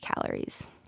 calories